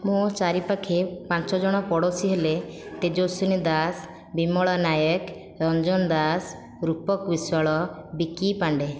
ମୋ' ଚାରିପାଖେ ପାଞ୍ଚଜଣ ପଡ଼ୋଶୀ ହେଲେ ତେଜସ୍ଵିନୀ ଦାସ ବିମଳା ନାୟକ ରଞ୍ଜନ ଦାସ ରୂପକ ବିଶ୍ଵାଳ ବିକି ପାଣ୍ଡେ